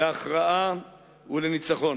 להכרעה ולניצחון.